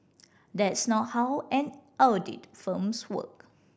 that's not how an audit firms work